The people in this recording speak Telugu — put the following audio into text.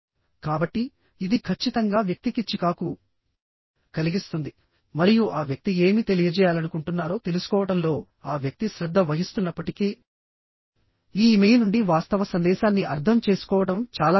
కాబట్టి ఇది ఖచ్చితంగా వ్యక్తికి చికాకు కలిగిస్తుంది మరియు ఆ వ్యక్తి ఏమి తెలియజేయాలనుకుంటున్నారో తెలుసుకోవడంలో ఆ వ్యక్తి శ్రద్ధ వహిస్తున్నప్పటికీ ఈ ఇమెయిల్ నుండి వాస్తవ సందేశాన్ని అర్థం చేసుకోవడం చాలా కష్టం